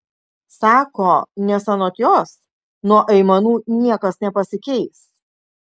sako nes anot jos nuo aimanų niekas nepasikeis